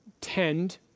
tend